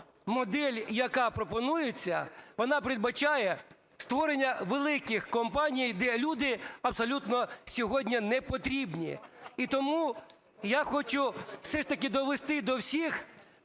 модель, яка пропонується, вона передбачає створення великих компаній, де люди абсолютно сьогодні непотрібні. І тому я хочу все ж таки довести до всіх